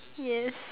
yes